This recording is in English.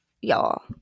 y'all